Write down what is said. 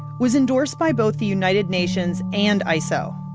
was endorsed by both the united nations and iso.